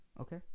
Okay